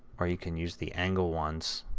or you can use the angle ones